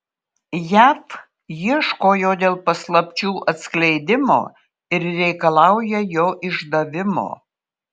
jav ieško jo dėl paslapčių atskleidimo ir reikalauja jo išdavimo